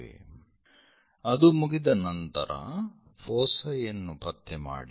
8 ಅದು ಮುಗಿದ ನಂತರ ಫೋಸೈ ಯನ್ನು ಪತ್ತೆ ಮಾಡಿ